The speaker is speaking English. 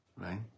right